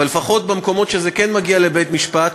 אבל לפחות במקומות שזה כן מגיע לבית-המשפט,